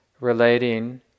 relating